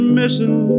missing